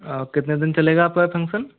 कितने दिन चलेगा आपका ये फंगक्शन